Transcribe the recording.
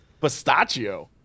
Pistachio